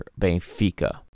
Benfica